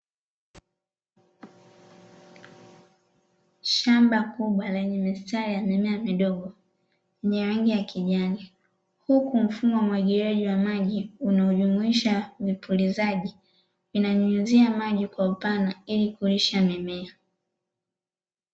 Shamba kubwa lenye mistari ya mimea midogo yenye rangi ya kijani, huku mfumo umwagiliaji wa maji unaojumuisha vipulizaji vinanyunyuzia maji kwa upana ili kulisha mimea.